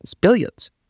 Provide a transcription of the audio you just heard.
billions